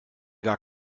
gar